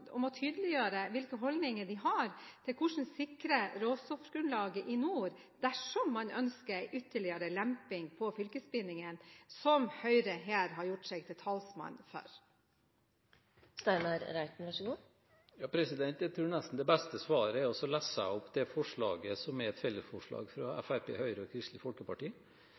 tydeliggjøre hvilke holdninger de har til hvordan man sikrer råstoffgrunnlaget i nord dersom man ønsker ytterligere lemping på fylkesbindingene, som Høyre her har gjort seg til talsmann for. Jeg tror nesten det beste svaret er å lese opp det forslaget, som er et fellesforslag fra Fremskrittspartiet, Høyre og Kristelig Folkeparti: